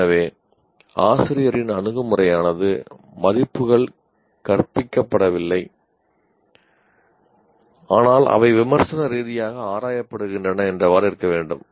எனவே ஆசிரியரின் அணுகுமுறையானது மதிப்புகள் கற்பிக்கப்படவில்லை ஆனால் அவை விமர்சன ரீதியாக ஆராயப்படுகின்றன என்றவாறு இருக்க வேண்டும்